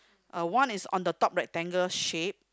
uh one is on the top rectangle shape